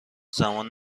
زمان